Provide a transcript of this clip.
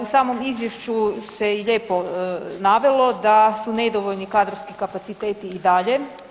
U samom izvješću se lijepo navelo da su nedovoljni kadrovski kapaciteti i dalje.